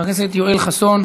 חבר הכנסת יואל חסון,